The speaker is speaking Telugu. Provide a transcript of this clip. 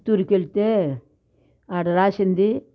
చిత్తూరుకు వెళ్తే ఆడ రాసింది